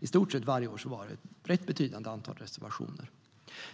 I stort sett varje år var det ett rätt betydande antal reservationer.